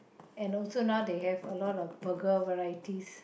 and also now it has alot of burger varieties